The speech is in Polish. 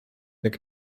jak